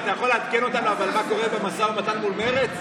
אתה יכול לעדכן אותנו מה קורה במשא ומתן מול מרצ?